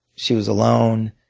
she was alone,